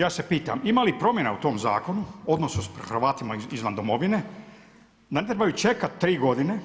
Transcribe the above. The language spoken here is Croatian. Ja se pitam, ima li promjena u tom zakonu, odnosno sa Hrvatima izvan Domovine da ne trebaju čekati 3 godine,